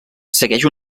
segueix